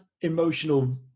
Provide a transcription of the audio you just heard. emotional